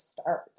start